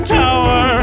tower